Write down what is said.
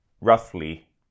roughly